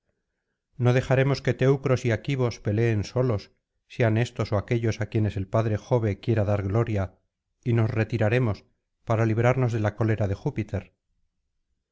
no dejaremos que teucros y aquivos peleen solos sean éstos ó aquéllos á quienes el padre jove quiera dar gloria y nos retiraremos para librarnos de la cólera de júpiter